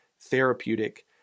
Therapeutic